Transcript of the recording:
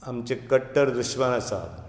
आमचे कट्टर दुश्मन आसा